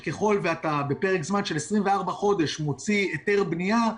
שככל שאתה בפרק זמן של 24 חודש מוציא היתר בנייה,